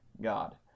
God